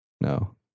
No